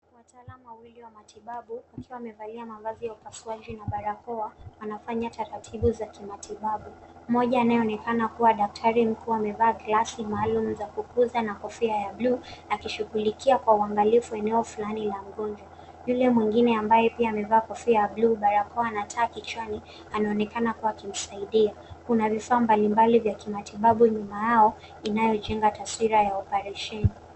Wataalamu wawili wa matibabu wakiwa wamevalia mavazi ya upasuaji na barakoa wanafanya taratibu za kimatibabu. Mmoja anayeonekana kuwa daktari mkuu amevaa glasi maalum za kupuza na kofia ya bluu akishugulikia kwa uangalifu eneo fulani ya mgonjwa. Yule mwingine ambaye pia amevaa kofia ya bluu, barakoa na taa kichwani anaonekana kuwa akimsaidia. Kuna vifaa mbalimbali vya kimatibabu nyuma yao inayojenga taswira ya operesheni.